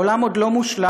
העולם עוד לא מושלם,